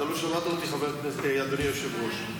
אתה לא שמעת אותי, אדוני היושב-ראש.